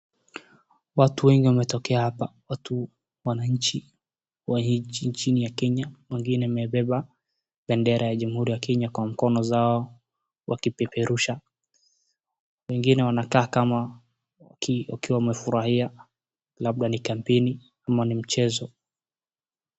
Watu wengi wametokea hapa, watu wananchi wa hii nchini ya Kenya. Wengine wamebeba bendera ya jamhuri ya Kenya kwa mkono zao wakipeperusha. Wengine wanakaa kama wakiwa wamefurahia, labda ni campaign ama ni mchezo.